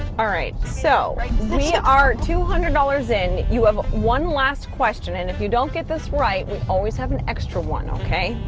all right. so right we are two hundred dollars in. you have one last question and if you don't get this right we always have an extra one. ok.